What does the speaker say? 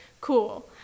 cool